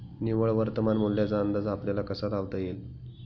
निव्वळ वर्तमान मूल्याचा अंदाज आपल्याला कसा लावता येईल?